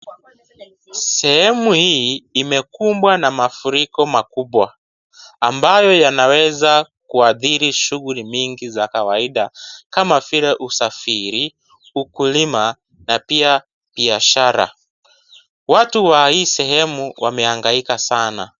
Sehemu hii imekumbwa na mafuriko makubwa. Ambayo yanaweza kuathiri shughuli nyingi za kawaida. Kama vile usafiri ukulima na pia biashara. Watu wahii sehemu wamehangaika sana.